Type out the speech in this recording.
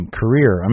career